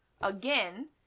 Again